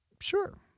sure